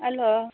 hello